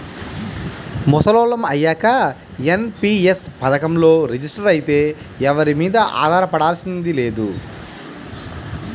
ముసలోళ్ళం అయ్యాక ఎన్.పి.యస్ పథకంలో రిజిస్టర్ అయితే ఎవరి మీదా ఆధారపడాల్సింది లేదు